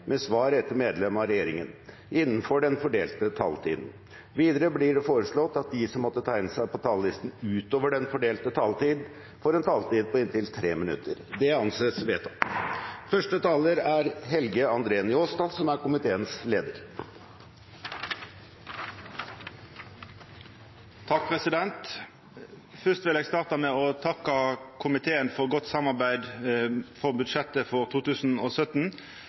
med svar etter medlemmer av regjeringen, innenfor den fordelte taletid. Videre blir det foreslått at de som måtte tegne seg på talerlisten utover den fordelte taletid, får en taletid på inntil 3 minutter. – Det anses vedtatt. Fyrst vil eg starta med å takka komiteen for godt samarbeid om budsjettet for 2017.